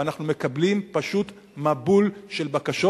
ואנחנו מקבלים פשוט מבול של בקשות,